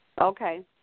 Okay